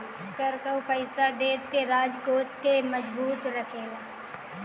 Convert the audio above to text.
कर कअ पईसा देस के राजकोष के मजबूत रखेला